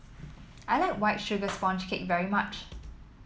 I like White Sugar Sponge Cake very much